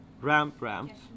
Ramp-Ramp